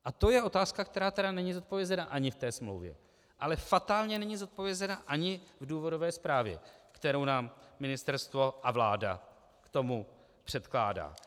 A to je otázka, která není zodpovězena ani v té smlouvě, ale fatálně není zodpovězena ani v důvodové zprávě, kterou nám ministerstvo a vláda k tomu předkládají.